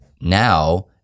now